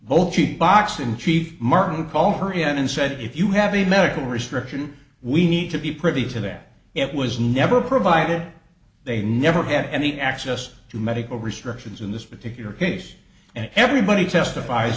both keep boxing chief martin who called her in and said if you have a medical restriction we need to be privy to that it was never provided they never had any access to medical restrictions in this particular case and everybody testifies